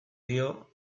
dio